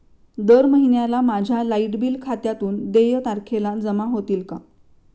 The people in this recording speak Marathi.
दर महिन्याला माझ्या लाइट बिल खात्यातून देय तारखेला जमा होतील का?